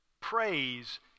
Praise